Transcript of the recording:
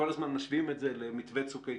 כל הזמן משווים את זה למתווה צוק איתן.